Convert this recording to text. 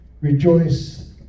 Rejoice